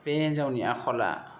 बे हिनजावनि आखला